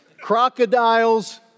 Crocodiles